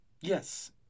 Yes